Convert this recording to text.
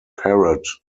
parrot